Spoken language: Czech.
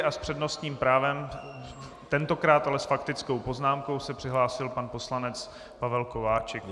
S přednostním právem, tentokrát ale s faktickou poznámkou se přihlásil pan poslanec Pavel Kováčik.